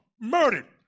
murdered